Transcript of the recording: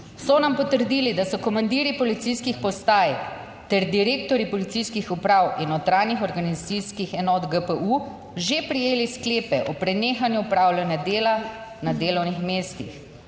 "So nam potrdili, da so komandirji policijskih postaj ter direktorji policijskih uprav in notranjih organizacijskih enot GPU že prejeli Sklepe o prenehanju opravljanja dela na delovnih mestih.